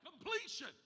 completion